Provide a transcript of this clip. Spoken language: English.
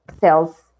sales